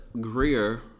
Greer